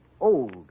old